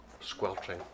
Squelching